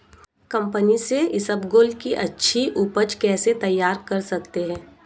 कम पानी से इसबगोल की अच्छी ऊपज कैसे तैयार कर सकते हैं?